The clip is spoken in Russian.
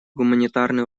гуманитарные